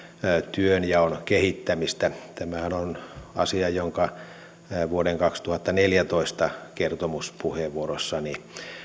työnjaon kehittämistä tämähän on asia jonka vuoden kaksituhattaneljätoista kertomuspuheenvuorossani